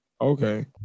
Okay